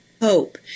hope